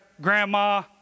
grandma